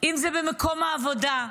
אם זה במקום העבודה.